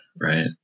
right